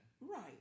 Right